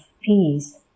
peace